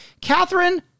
Catherine